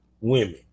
women